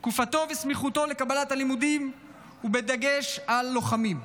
תקופתו וסמיכותו לקבלה ללימודים ובדגש על לוחמים.